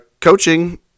coaching